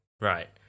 Right